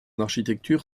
architecture